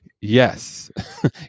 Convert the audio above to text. yes